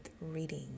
reading